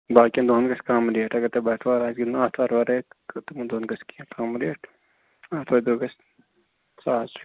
باقٕیَن دۄہَن گژھِ کَم ریٹ اگر تۄہہِ بٹہٕ وار آسہِ گِنٛدُن آتھوار ورٲے تہٕ تِمَن دۄہَن گژھِ کیٚنٛہہ کَم ریٹ آتھوارِ دۄہ گژھِ ساس رۄپیہِ